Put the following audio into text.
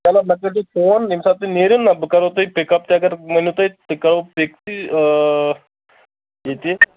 چلو مےٚ کٔرۍ زیو فون ییٚمہِ ساتہٕ تُہۍ نیٖرِو نا بہٕ کَرو تۄہہِ پِکَپ تہِ اگر ؤنِو تُہۍ پِکَپ تہِ ییٚتہِ